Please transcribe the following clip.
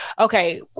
okay